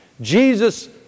Jesus